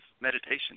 meditation